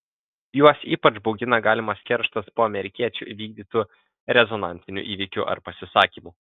juos ypač baugina galimas kerštas po amerikiečių įvykdytų rezonansinių įvykių ar pasisakymų